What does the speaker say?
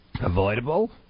Avoidable